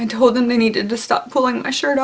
i told them they needed to stop pulling my shirt